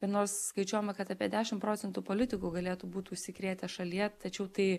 ir nors skaičiuojama kad apie dešim procentų politikų galėtų būt užsikrėtę šalyje tačiau tai